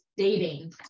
Dating